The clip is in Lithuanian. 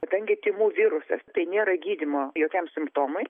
kadangi tymų virusas tai nėra gydymo jokiam simptomui